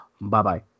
Bye-bye